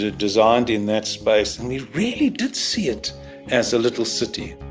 ah designed in that space and we really did see it as a little city.